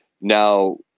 now